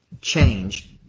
change